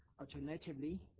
Alternatively